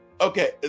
okay